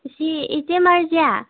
ꯑꯁꯤ ꯏꯆꯦ ꯃꯥꯔꯖꯤꯌꯥ